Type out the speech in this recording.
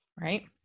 right